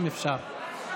אם אפשר.